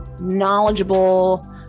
knowledgeable